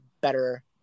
better